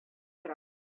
тора